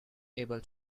able